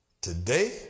today